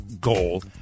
goal